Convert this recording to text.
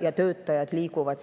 ja töötajad liiguvad